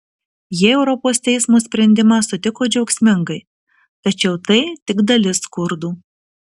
jie europos teismo sprendimą sutiko džiaugsmingai tačiau tai tik dalis kurdų